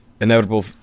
inevitable